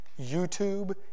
YouTube